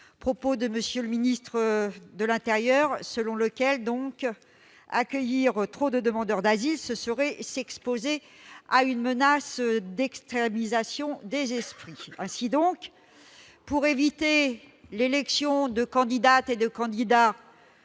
propos de M. le ministre de l'intérieur selon lesquels accueillir trop de demandeurs d'asile, ce serait s'exposer à une menace d'extrémisation des esprits. Ainsi donc, pour éviter l'élection de candidates et de candidats